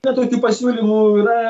na tokių pasiūlymų yra